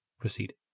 proceed